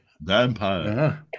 vampire